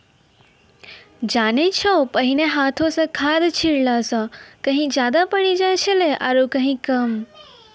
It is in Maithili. जानै छौ पहिने हाथों स खाद छिड़ला स कहीं ज्यादा पड़ी जाय छेलै आरो कहीं कम